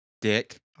dick